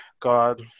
God